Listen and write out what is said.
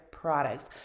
Products